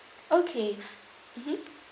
okay mmhmm